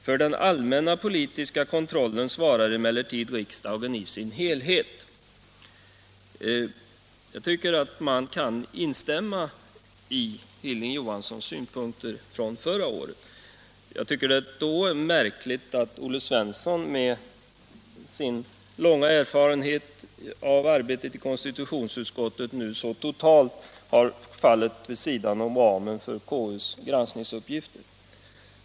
För den allmänna politiska kontrollen svarar emellertid riksdagen i dess helhet.” Jag tycker att man kan instämma i Hilding Johanssons synpunkter från förra året. Men det är märkligt att Olle Svensson med sin långa erfarenhet av arbetet i konstitutionsutskottet nu så totalt har fallit utom ramen när det gäller konstitutionsutskottets granskningsuppgifter.